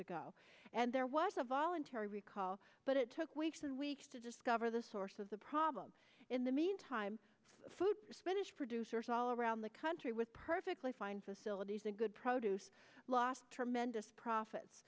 ago and there was a voluntary recall but it took weeks and weeks to discover the source of the problem in the meantime food spanish producers all around the country with perfectly fine facilities and good produce lost tremendous profits